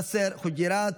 יאסר חוג'יראת,